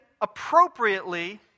appropriately